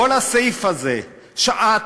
כל הסעיף הזה שעט,